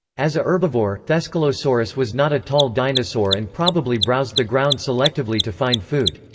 as a herbivore, thescelosaurus was not a tall dinosaur and probably browsed the ground selectively to find food.